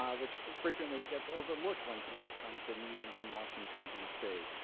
um which frequently gets overlooked when people come to meetings in washington, d c.